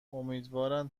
امیدوارم